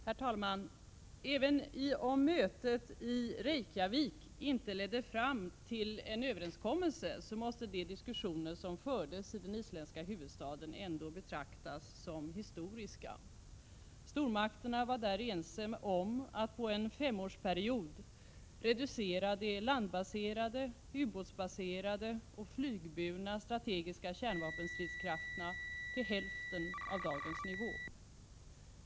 Herr talman! Även om mötet i Reykjavik inte ledde fram till en överenskommelse, så måste de diskussioner som fördes i den isländska huvudstaden ändå betraktas som historiska. Stormakterna var där ense om att under en femårsperiod reducera de landbaserade, ubåtsbaserade och flygburna strategiska kärnvapenstridskrafterna till hälften av dagens nivå.